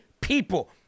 people